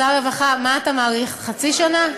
שר הרווחה, מה אתה מעריך, חצי שנה?